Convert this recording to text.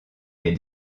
est